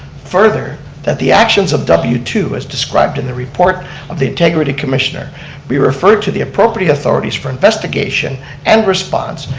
further that the actions of w two as described in the report of the integrity commissioner be referred to the appropriate authorities for investiagtion and response,